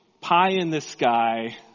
pie-in-the-sky